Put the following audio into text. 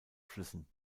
flüssen